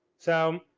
so,